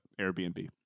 Airbnb